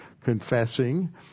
confessing